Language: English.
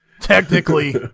Technically